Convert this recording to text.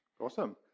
Awesome